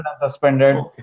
suspended